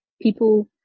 people